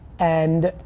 and